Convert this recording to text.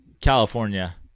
California